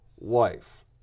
life